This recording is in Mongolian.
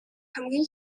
хамгийн